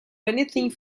anything